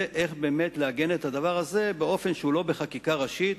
איך לעגן את הדבר הזה באופן שהוא לא בחקיקה ראשית.